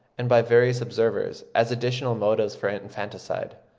and by various observers, as additional motives for infanticide.